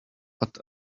but